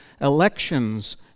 elections